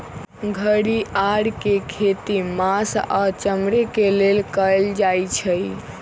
घरिआर के खेती मास आऽ चमड़े के लेल कएल जाइ छइ